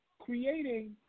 creating